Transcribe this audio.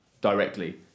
directly